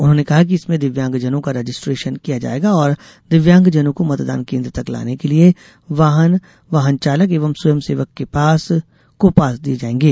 उन्होंने कहा कि इसमें दिव्यांगजनों का रजिस्ट्रेशन किया जाएगा और दिव्यांगजनों को मतदान केन्द्र तक लाने के लिये वाहन वाहन चालक एवं स्वयं सेवक को पास दिये जायेंगे